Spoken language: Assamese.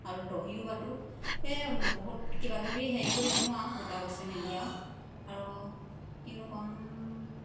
আৰু দহিও বাতোঁ এই বহুত কিবাকিবি হেৰি কৰি দিওঁ আৰু গোটা বাচি মেলি আৰু আৰু কিনো ক'ম